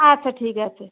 আচ্ছা ঠিক আছে